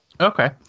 Okay